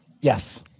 Yes